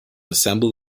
assembled